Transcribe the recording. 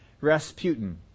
Rasputin